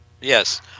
Yes